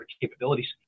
capabilities